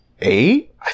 eight